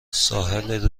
ساحل